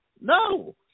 No